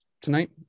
tonight